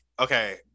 okay